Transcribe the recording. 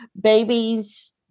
babies